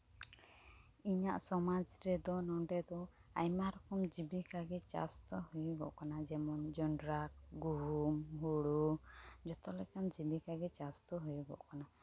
ᱤᱧᱟᱹᱜ ᱥᱚᱢᱟᱡᱽ ᱨᱮᱫᱚ ᱱᱚᱰᱮ ᱫᱚ ᱟᱭᱢᱟ ᱨᱚᱚᱢ ᱡᱤᱵᱤᱠᱟ ᱜᱮ ᱪᱟᱥ ᱫᱚ ᱦᱩᱭᱩᱜᱚᱜ ᱠᱟᱱᱟ ᱡᱮᱢᱚᱱ ᱡᱚᱱᱰᱨᱟ ᱜᱩᱦᱩᱢ ᱦᱩᱲᱩ ᱡᱚᱛᱚ ᱞᱮᱠᱟᱱ ᱡᱤᱵᱤᱠᱟ ᱜᱮ ᱪᱟᱥ ᱫᱚ ᱦᱩᱭᱩᱜᱚᱜ ᱠᱟᱱᱟ